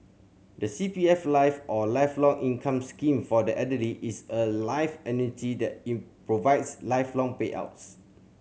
the C P F Life or Lifelong Income Scheme for the Elderly is a life annuity that provides lifelong payouts